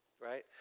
right